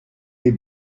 les